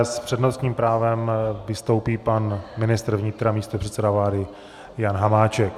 S přednostním právem vystoupí pan ministr vnitra, místopředseda vlády Jan Hamáček.